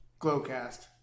Glowcast